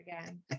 again